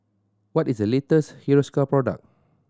what is the latest Hiruscar product